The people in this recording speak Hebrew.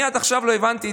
אני עד עכשיו לא הבנתי,